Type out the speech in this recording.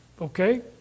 Okay